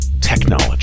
technology